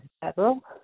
federal